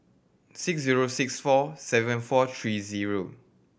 six zero six four seven four three zero